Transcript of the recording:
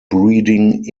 breeding